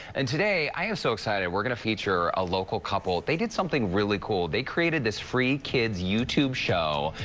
and today i am so excited, we're going to feature a local couple. they did something really cool. they created this free kids youtube show.